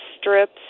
strips